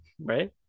right